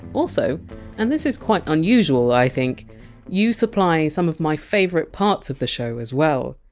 also and this is quite unusual i think you supply some of my favourite parts of the show as well.